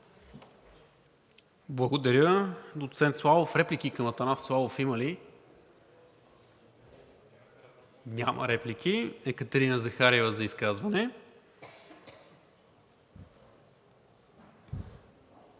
Благодаря, доцент Славов. Реплики към Атанас Славов има ли? Няма. Екатерина Захариева – за изказване.